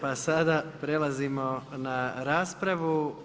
Pa sada prelazimo na raspravu.